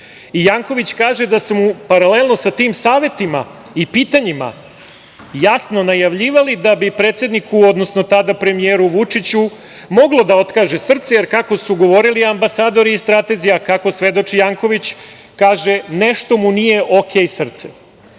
kaže da su mu paralelno sa tim savetima i pitanjima jasno najavljivali da bi predsedniku, odnosno tada premijeru Vučiću, moglo da otkaže srce jer, kako su govorili ambasadori i stratezi, a kako svedoči Janković, nešto mu nije ok. srce. Ovo